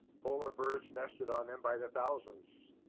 polar birds nested on them by the thousands.